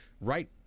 right